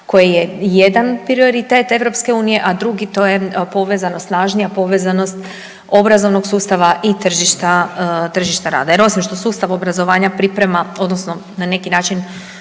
koji je jedan prioritet EU, a drugi to je povezanost, snažnija povezanost obrazovnog sustava i tržišta, tržišta rada jer osim što sustav obrazovanja priprema odnosno na neki način